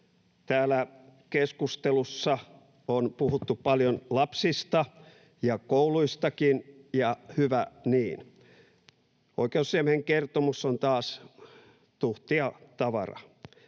Täällä keskustelussa on puhuttu paljon lapsista ja kouluistakin, ja hyvä niin. Oikeusasiamiehen kertomus on taas tuhtia tavaraa.